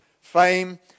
fame